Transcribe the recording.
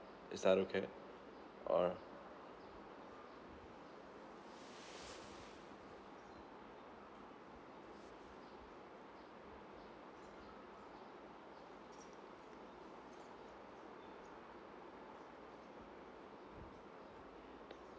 is that okay or